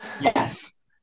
Yes